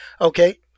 Okay